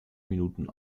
minuten